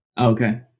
okay